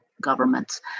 governments